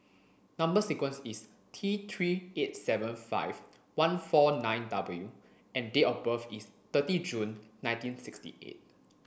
number sequence is T three eight seven five one four nine W and date of birth is thirty June nineteen sixty eight